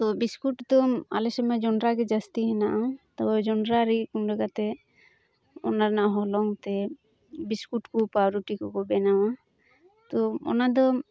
ᱛᱳ biscuit ᱛᱳ ᱟᱞᱮᱥᱮᱫ ᱢᱟ ᱡᱚᱱᱰᱨᱟ ᱜᱮ ᱡᱟᱹᱥᱛᱤ ᱦᱮᱱᱟᱜᱼᱟ ᱛᱳ ᱡᱚᱱᱰᱨᱟ ᱨᱤᱫ ᱜᱩᱸᱰᱟᱹ ᱠᱟᱛᱮᱫ ᱚᱱᱟ ᱨᱮᱱᱟᱜ ᱦᱚᱞᱚᱝᱛᱮᱫ ᱵᱤᱥᱠᱩᱴ ᱠᱚ ᱯᱟᱣᱨᱩᱴᱤ ᱠᱚ ᱠᱚ ᱵᱮᱱᱟᱣᱟ ᱛᱳ ᱚᱱᱟᱫᱚ